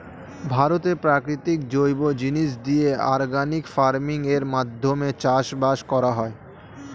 ভারতে প্রাকৃতিক জৈব জিনিস দিয়ে অর্গানিক ফার্মিং এর মাধ্যমে চাষবাস করা হয়